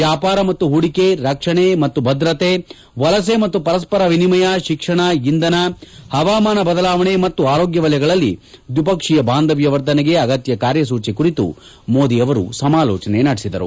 ವ್ಯಾಪಾರ ಮತ್ತು ಹೂಡಿಕೆ ರಕ್ಷಣೆ ಮತ್ತು ಭದ್ರತೆ ವಲಸೆ ಮತ್ತು ಪರಸ್ವರ ವಿನಿಮಯ ಶಿಕ್ಷಣ ಇಂಧನ ಹವಾಮಾನ ಬದಲಾವಣೆ ಮತ್ತು ಆರೋಗ್ಯ ವಲಯಗಳಲ್ಲಿ ದ್ವಿಪಕ್ಷೀಯ ಬಾಂಧವ್ಯ ವರ್ಧನೆಗೆ ಅಗತ್ಯ ಕಾರ್ಯಸೂಚಿ ಕುರಿತು ಮೋದಿ ಸಮಾಲೋಚಿಸಿದರು